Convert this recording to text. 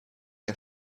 der